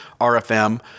RFM